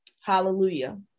Hallelujah